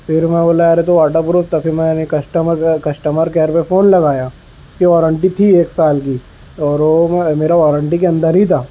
پھر میں بولا ارے تو واٹرپروف تھا پھر میں نے کسٹمر کیئر کسٹمر کیئر پہ فون لگایا اس کی وارنٹی تھی ایک سال کی اور وہ میں میرا وارنٹی کے اندر ہی تھا